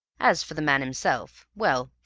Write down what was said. as for the man himself well,